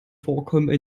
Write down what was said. vorkommen